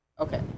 Okay